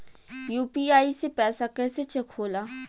UPI से पैसा कैसे चेक होला?